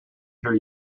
hear